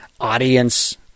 audience